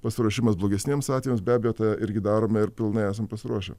pasiruošimas blogesniems atvejus be abejo tą irgi darome ir pilnai esam pasiruošę